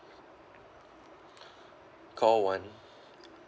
call one